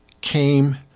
came